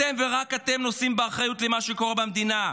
אתם ורק אתם נושאים באחריות למה שקורה במדינה.